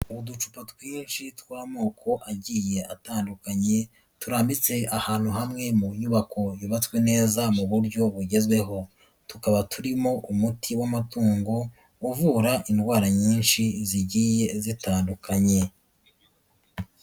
Uducupa twinshi tw'amoko agiye atandukanye, turambitse ahantu hamwe mu nyubako yubatswe neza mu buryo bugezweho, tukaba turimo umuti w'amatungo uvura indwara nyinshi zigiye zitandukanye.